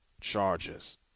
charges